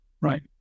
right